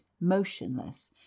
motionless